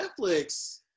Netflix